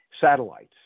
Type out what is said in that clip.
satellites